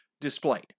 displayed